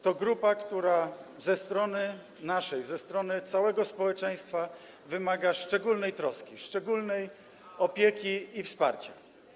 To grupa, która ze strony naszej, ze strony całego społeczeństwa, wymaga szczególnej troski, szczególnej opieki i wsparcia.